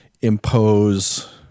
impose